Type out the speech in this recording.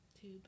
tube